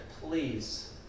please